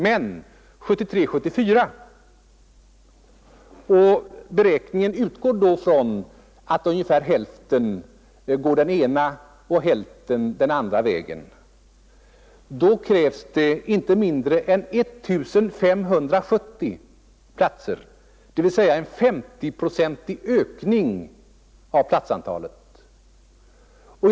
Men 1973/74 — beräkningen utgår då från att ungefär hälften går den ena och hälften den andra vägen — krävs inte mindre än 1 570 platser, dvs. en nästan 40-procentig ökning av platsantalet.